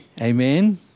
Amen